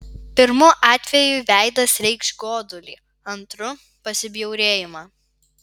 pirmu atveju veidas reikš godulį antru pasibjaurėjimą